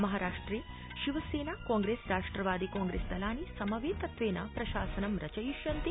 महाराष्ट्रे शिवसेना कांग्रेस् राष्ट्रवादि कांग्रेस्दलानि समवेतत्वेन प्रशासनं रचयिष्यन्ति